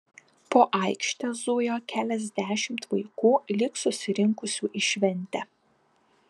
po aikštę zujo keliasdešimt vaikų lyg susirinkusių į šventę